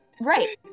Right